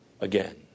again